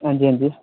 हां जी हां जी